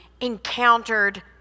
encountered